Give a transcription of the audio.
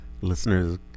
listeners